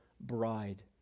bride